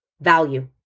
value